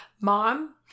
Mom